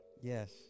yes